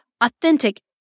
authentic